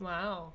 Wow